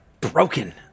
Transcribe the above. broken